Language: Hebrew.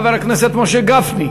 חבר הכנסת משה גפני.